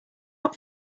not